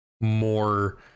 more